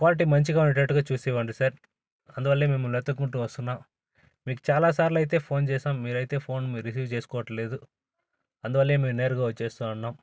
quality మంచిగా ఉండేటట్టుగా చూసి ఇవ్వండి సార్ అందువల్ల మిమ్మల్ని వెతుకుంటు వస్తున్నాం మీకు చాలా సార్లయితే ఫోన్ చేశాం మీరు అయితే ఫోన్ రిసీవ్ చేసుకోవట్లేదు అందువల్ల మేము నేరుగా వచ్చేస్తున్నాం